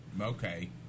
Okay